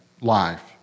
life